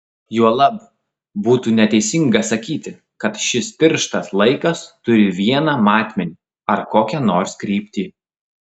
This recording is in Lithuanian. juolab būtų neteisinga sakyti kad šis tirštas laikas turi vieną matmenį ar kokią nors kryptį